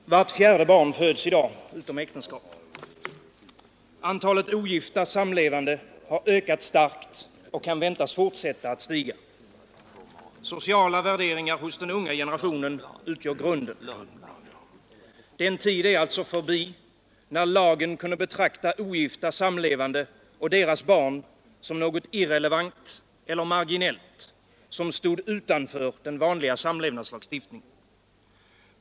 Herr talman! Vart fjärde barn föds numera utom äktenskap. Antalet ogifta samlevande har ökat starkt och kan väntas fortsätta att stiga. Sociala värderingar hos den unga generationen utgör grunden. Den tid är alltså förbi då lagen kunde betrakta ogifta samlevande och deras barn som något irrelevant eller marginellt, som stod utanför den vanliga samlevnadslagstiftningen.